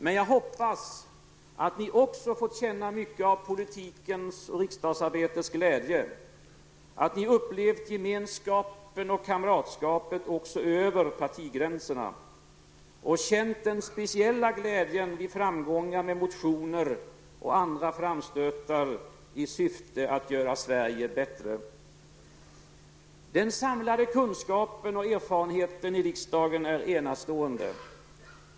Men jag hoppas att ni också fått känna mycket av politikens och riksdagsarbetets glädje, att ni upplevt gemenskapen och kamratskapet -- också över partigränserna. Och känt den speciella glädjen vid framgångar med motioner och andra framstötar i syfte att göra Sverige bättre. Den samlade kunskapen och erfarenheten i riksdagen är enastående.